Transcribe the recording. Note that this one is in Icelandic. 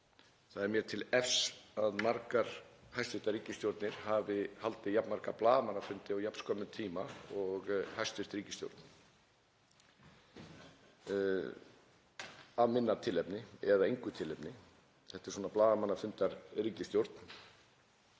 það er mér til efs að margar hæstv. ríkisstjórnir hafi haldið jafn marga blaðamannafundi á jafn skömmum tíma og hæstv. ríkisstjórn, af minna tilefni eða engu tilefni. Þetta er svona blaðamannafundaríkisstjórn.